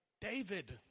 David